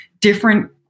different